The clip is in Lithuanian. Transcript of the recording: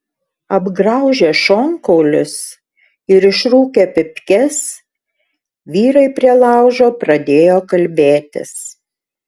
apgraužę šonkaulius ir išrūkę pypkes vyrai prie laužo pradėjo kalbėtis